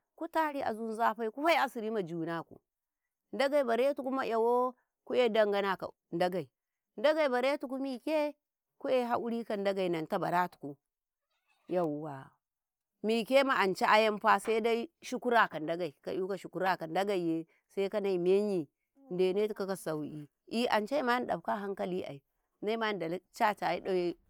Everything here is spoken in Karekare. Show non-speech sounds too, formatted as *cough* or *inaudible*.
﻿Kutari azu zafe kufe asirima junaku Ndagei baretuku ma'yano ku'ye dangana *hesitation* Ndagei, Ndagei barekatuku mike ku'ye hakuri ka Ndagei Nnanta baratuku *hesitation* yauwa mikema anca ayamfa saidai shukaraka Ndagei ka'yuka shukura ka Ndageiye sai kane menyin dene tikau ka sauki êê ancema na dafka a hankali ai mema Ndala cacayima ɗawe.